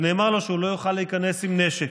נאמר לו שהוא לא יוכל להיכנס עם נשק.